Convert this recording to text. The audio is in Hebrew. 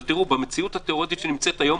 אבל במציאות התיאורטית שנמצאת היום,